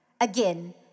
again